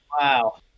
wow